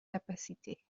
capacités